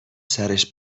سرش